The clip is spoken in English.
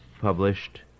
published